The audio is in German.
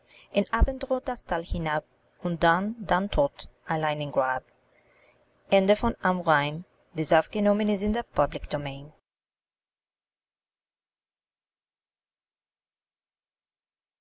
im abendrot das tal hinab und dann dann tot allein im